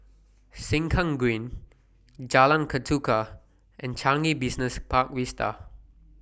Sengkang Green Jalan Ketuka and Changi Business Park Vista